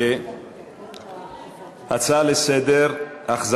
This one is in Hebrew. להצעות לסדר-היום מס' 1431,